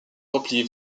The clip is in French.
replier